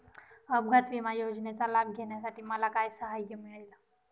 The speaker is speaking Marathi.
अपघात विमा योजनेचा लाभ घेण्यासाठी मला काय सहाय्य मिळेल?